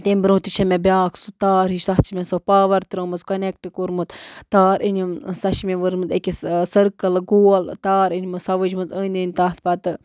تَمہِ برٛونٛہہ تہِ چھےٚ مےٚ بیٛاکھ سُہ تار ہِش تَتھ چھِ مےٚ سۄ پاوَر ترٲومٕژ کَنٮ۪کٹ کوٚرمُت تار أنِم سۄ چھِ مےٚ ؤرمٕژ أکِس سٔرکَل گول تار أنۍمٕژ سۄ ؤجمٕژ أنٛدۍ أنٛدۍ تَتھ پَتہٕ